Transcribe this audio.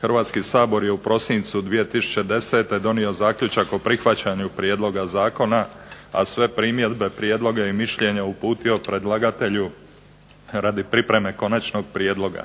Hrvatski sabor je u prosincu 2010. donio zaključak o prihvaćanju prijedloga zakona, a sve primjedbe, prijedloge i mišljenja uputio predlagatelju radi pripreme konačnog prijedloga.